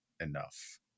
enough